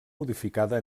modificada